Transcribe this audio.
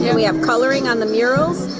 yeah we have coloring on the mural.